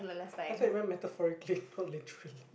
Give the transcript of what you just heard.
that's why it went metaphorically not literally